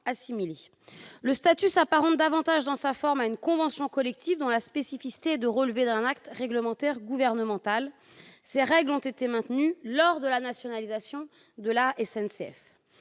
assimilé. Le statut s'apparente davantage, dans sa forme, à une convention collective dont la spécificité est de relever d'un acte réglementaire gouvernemental. Ces règles ont été maintenues lors de la nationalisation de la SNCF.